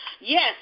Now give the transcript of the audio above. Yes